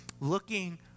looking